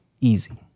easy